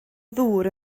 ddŵr